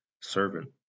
servant